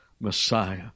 Messiah